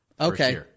Okay